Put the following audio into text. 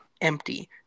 empty